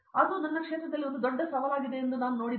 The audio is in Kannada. ಆದ್ದರಿಂದ ಅದು ದೊಡ್ಡ ಸವಾಲಾಗಿದೆ ಎಂದು ನಾನು ನೋಡಿದೆ